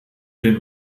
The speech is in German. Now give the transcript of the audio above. den